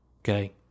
Okay